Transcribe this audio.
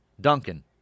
Duncan